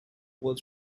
was